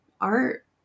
art